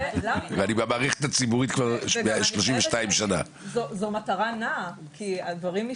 וכל ההורים לילדים מקבלים אוטומטית את ההטבה ללא